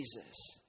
Jesus